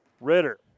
Ritter